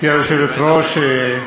גברתי היושבת-ראש,